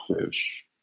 fish